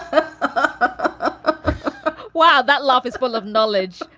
ah ah wow. that love is full of knowledge.